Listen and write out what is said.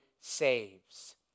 saves